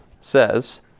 says